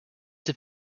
have